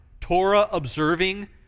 Torah-observing